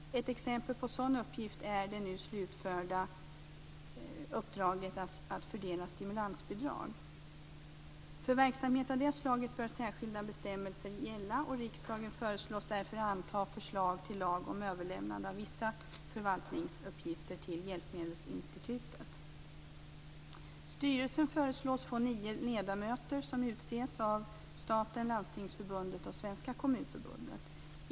Ett exempel på en sådan uppgift är det nu slutförda uppdraget att fördela stimulansbidrag. För verksamhet av det slaget bör särskilda bestämmelser gälla. Riksdagen föreslås därför anta förslag till lag om överlämnande av vissa förvaltningsuppgifter till Hjälpmedelsinstitutet. Styrelsen föreslås få nio ledamöter som utses av staten, Landstingsförbundet och Svenska Kommunförbundet.